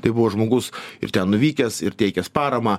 tai buvo žmogus ir ten nuvykęs ir teikęs paramą